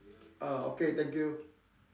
ah okay thank you